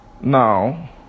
Now